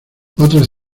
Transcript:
otras